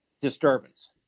disturbance